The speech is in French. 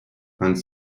vingt